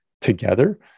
together